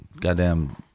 goddamn